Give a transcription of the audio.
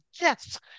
yes